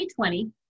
2020